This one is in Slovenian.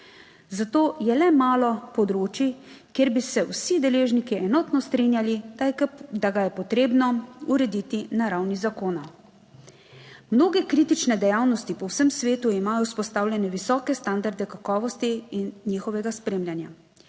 zato je le malo področij, kjer bi se vsi deležniki enotno strinjali, da ga je potrebno urediti na ravni zakona. Mnoge kritične dejavnosti po vsem svetu imajo vzpostavljene visoke standarde kakovosti in njihovega spremljanja.